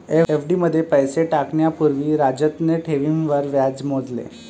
FD मध्ये पैसे टाकण्या पूर्वी राजतने ठेवींवर व्याज मोजले